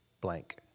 blank